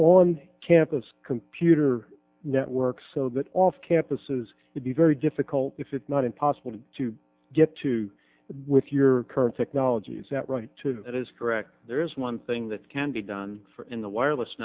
on campus computer network so that off campuses would be very difficult if not impossible to get to with your current technology is that right that is correct there is one thing that can be done for in the wireless